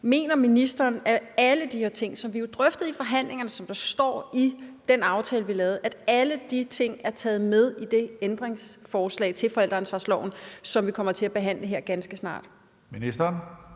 Mener ministeren, at alle de her ting, som vi jo drøftede i forhandlingerne, og som der står i den aftale, vi lavede, er taget med i det ændringsforslag til forældreansvarsloven, som vi kommer til at behandle her ganske snart? Kl.